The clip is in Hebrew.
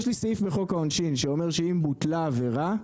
יש לי סעיף בחוק העונשין שאומר שאם בוטלה עבירה,